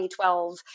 2012